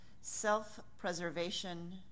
self-preservation